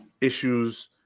issues